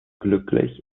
glücklich